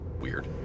Weird